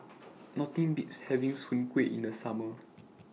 Nothing Beats having Soon Kueh in The Summer